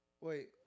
Wait